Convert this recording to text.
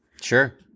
Sure